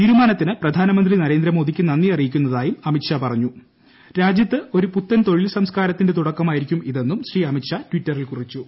തീരുമാനത്തിന് പ്രധാനമന്ത്രി തൃരേന്ദ്രമോദിക്ക് നന്ദി അറിയിക്കുന്നതായും രാജ്യത്ത് ഒരു പുത്തൻക്ക്കൊഴിൽ സംസ്കാരത്തിന്റെ തുടക്കമായിരിക്കും ഇത്തെന്നും ശ്രീ അമിത് ഷാ ട്വിറ്ററിൽ കുറിച്ചു